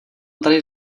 tady